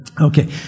Okay